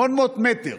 800 מטר.